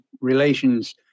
relations